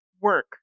work